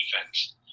defense